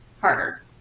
harder